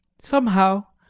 somehow,